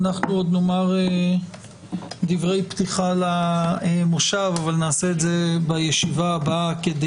נאמר דברי פתיחה למושב נעשה את זה בישיבה הבאה כדי